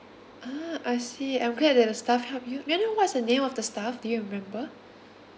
ah I see I'm glad that the staff helped you may I know what is the name of the staff do you remember